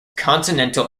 continental